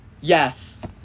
Yes